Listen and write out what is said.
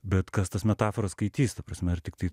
bet kas tas metaforas skaitys ta prasme ar tiktai